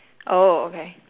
oh okay